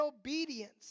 obedience